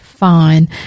Fine